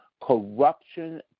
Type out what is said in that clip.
corruption